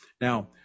Now